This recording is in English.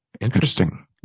Interesting